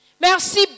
Merci